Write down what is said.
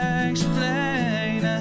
explain